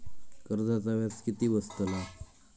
कर्जाचा व्याज किती बसतला?